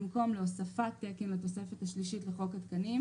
במקום "להוספת תקן לתוספת השלישית לחוק התקנים"